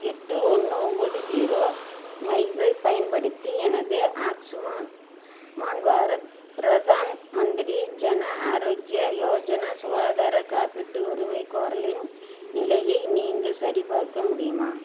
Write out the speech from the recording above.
எட்டு ஒன்று ஒன்போது ஜீரோ ஐப் பயன்படுத்தி எனது ஆக்ஸிமான் மான் பாரத் பிரதான் மந்திரி ஜன ஆரோக்ய யோஜனா சுகாதார காப்பீட்டு உரிமைகோரலின் நிலையை நீங்கள் சரிபார்க்க முடியுமா